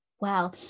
wow